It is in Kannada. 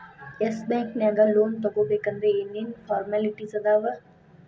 ಎಸ್ ಬ್ಯಾಂಕ್ ನ್ಯಾಗ್ ಲೊನ್ ತಗೊಬೇಕಂದ್ರ ಏನೇನ್ ಫಾರ್ಮ್ಯಾಲಿಟಿಸ್ ಅದಾವ?